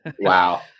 Wow